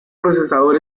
procesador